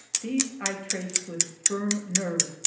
these i traced with firm nerve,